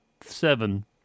seven